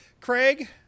Craig